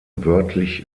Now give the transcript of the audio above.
wörtlich